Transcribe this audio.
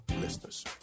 listeners